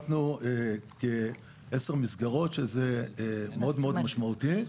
כעשר מסגרות, שזה מאוד מאוד משמעותי.